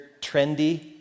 trendy